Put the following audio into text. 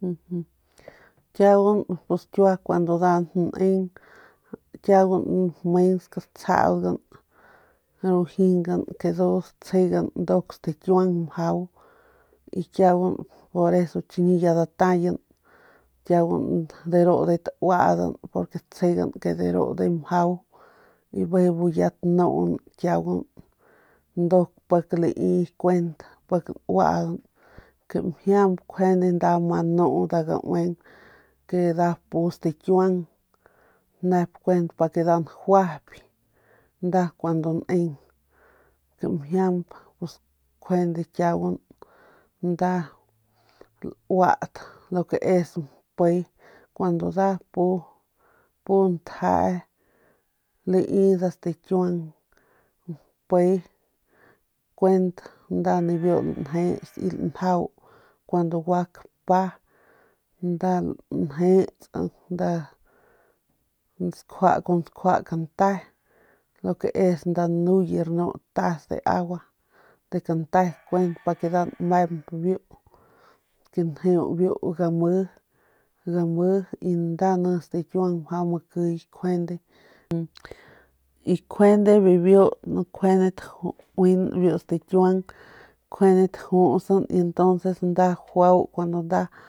Kiagun kun nda neng kiaugun mensk datsaudgan ru jingan ke du dtsjigan que doc stikiuan mjau y kiagun por eso chi ya dartayin kiaunan deru tuadan porque dtsjegan que deru dojoy mjau y be ya tnuun ndu pik lii kuent pik nuadan kimjiamp nda ma nuu nda gauin que da pu stikiuang nep kuent pa que nda juaip nda cuando niin kamjiep pus kjuende kiagun nda luat lo ke es mpe cuando nda pu pu ntjee lii nda stikiuan mpii kuent nda ni biu lanjis y lanjau kuando gua kpa nda ni biu lanjis lanjau lanjes kun skjua kante lo ke es nda nuye rnu tas de agua de kante pa memp biu ke njeu biu gami y nda y njkuende bibiu tauin y tajutsan y nda juau kun nda pu ntje tajusan biu gami pa nda lanjau biu es stakiuang ndujuy y entonces datsaudgan de mensk ru jingan.